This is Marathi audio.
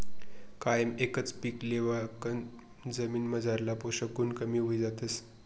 कायम एकच पीक लेवाकन जमीनमझारला पोषक गुण कमी व्हयी जातस